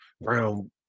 brown